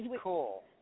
cool